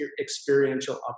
experiential